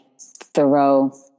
Thoreau